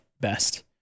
best